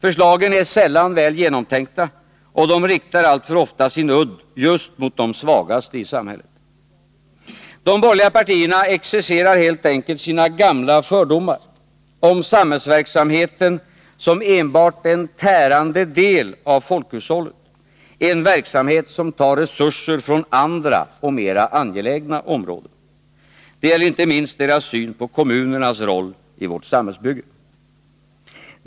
Förslagen är sällan väl genomtänkta, och de riktar alltför ofta sin udd just mot de svagaste i samhället. De borgerliga partierna exercerar helt enkelt sina gamla fördomar om samhällsverksamheten som enbart en tärande del av folkhushållet, en verksamhet som tar resurser från andra och mera angelägna områden. Det gäller inte minst deras syn på kommunernas roll i vårt samhällsbygge.